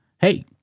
hey